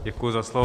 Děkuji za slovo.